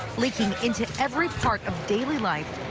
leaking into every part of daily life.